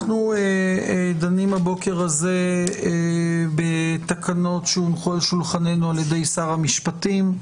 אנחנו דנים הבוקר הזה בתקנות שהונחו על שולחננו על ידי שר המשפטים,